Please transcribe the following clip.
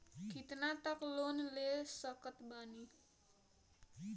कितना तक लोन ले सकत बानी?